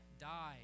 died